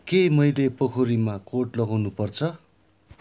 के मैले पोखरीमा कोट लगाउनु पर्छ